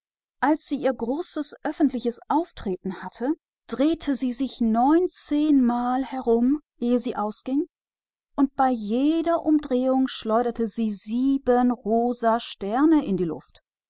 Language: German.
als sie öffentlich auftrat drehte sie sich neunzehnmal bevor sie ausging und bei jeder drehung warf sie sieben rosafarbene sterne in die luft